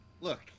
Look